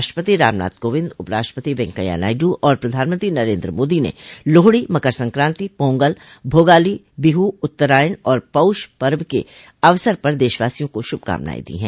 राष्ट्रपति रामनाथ कोविंद उपराष्ट्रपति वेंकैया नायडू और प्रधानमंत्री नरेंद्र मोदी ने लोहड़ी मकर संक्रांति पोंगल भोगाली बिहू उत्तरायण और पौष पर्व के अवसर पर देशवासियों को शुभकामनाएं दी हैं